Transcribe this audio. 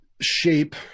shape